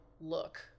look